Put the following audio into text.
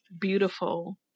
beautiful